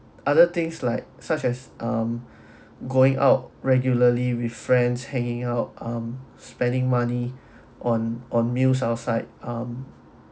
other things like such as um going out regularly with friends hanging out um spending money on on meals outside um